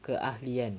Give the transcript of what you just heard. keah lian